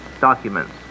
documents